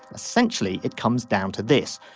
essentially it comes down to this.